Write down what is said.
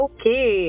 Okay